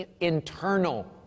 internal